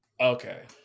Okay